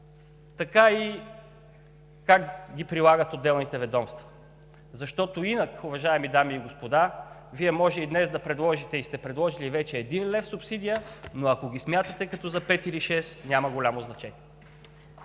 така и как ги прилагат отделните ведомства, защото инак, уважаеми дами и господа, Вие можете днес да предложили, и сте предложили вече 1 лв. субсидия, но ако ги смятате като за 5 или 6 – няма голямо значение.